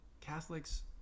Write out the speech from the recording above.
Catholics